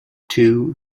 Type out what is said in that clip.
two